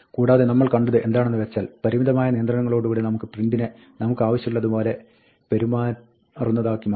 കൂടാതെ നമ്മൾ കണ്ടത് എന്താണെന്ന് വെച്ചാൽ പരിമിതമായ നിയന്ത്രണത്തോടുകൂടി നമുക്ക് print നെ നമുക്കാവശ്യമുള്ളത് പോലെ പെരുമാറുന്നതാക്കി മാറ്റാം